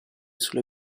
sulle